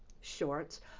shorts